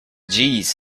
jeez